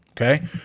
okay